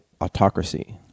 autocracy